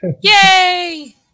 Yay